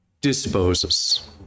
disposes